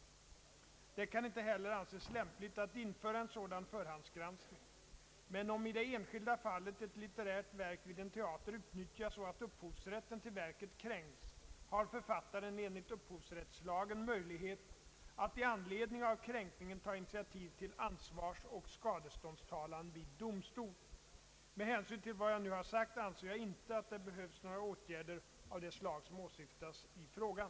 Det kan inte heller anses lämpligt att införa en sådan förhandsgranskning. Men om i det enskilda fallet ett litterärt verk vid en teater utnyttjas så att upphovsrätten till verket kränks, har författaren enligt upphovsrättslagen möjlighet att i anledning av kränkningen ta initiativ till ansvarsoch skadeståndstalan vid domstol. Med hänsyn till vad jag nu har sagt anser jag inte att det behövs några åtgärder av det slag som åsyftas i frågan.